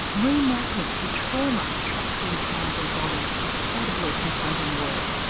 remapping the trauma trapped inside their bodies incredibly confronting work.